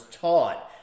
taught